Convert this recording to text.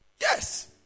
Yes